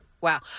Wow